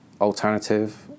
alternative